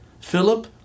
Philip